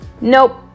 nope